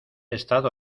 estado